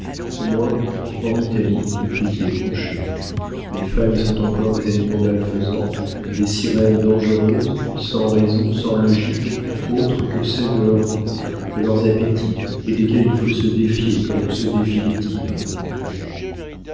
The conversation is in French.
au moins en italie tout y est tranché les femmes y sont encore des animaux malfaisants des sirènes dangereuses sans raison sans logique autre que celle de leurs goûts de leurs appétits et desquelles il faut se défier comme on se défie des tigres